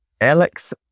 Alex